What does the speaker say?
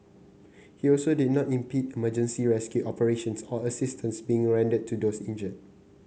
he also did not impede emergency rescue operations or assistance being rendered to those injured